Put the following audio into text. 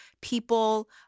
people